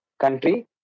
country